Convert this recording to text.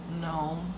no